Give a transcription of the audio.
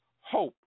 hope